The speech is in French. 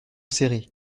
serré